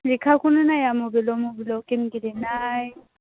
लेखाखौनो नाया मबाइलल' मबाइलल' गेम गेलेनाय